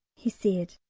he said.